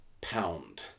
pound